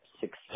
success